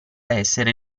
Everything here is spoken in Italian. essere